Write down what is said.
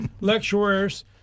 lecturers